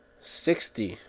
Sixty